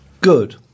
Good